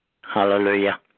Hallelujah